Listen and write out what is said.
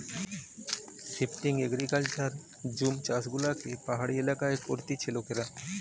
shifting agriculture jhum চাষযেগুলো পাহাড়ি এলাকায় করতিছে লোকেরা